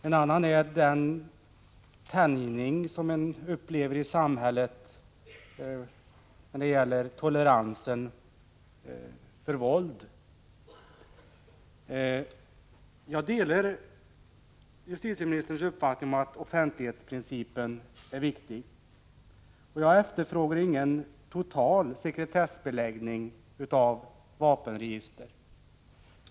En annan är den tänjning som man upplever i samhället när det gäller toleransen mot våld. Jag delar justitieministerns uppfattning att offentlighetsprincipen är viktig. Jag efterfrågar ingen total sekretessbeläggning av vapenregister.